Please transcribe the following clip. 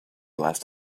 last